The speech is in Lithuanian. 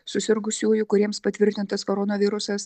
susirgusiųjų kuriems patvirtintas koronavirusas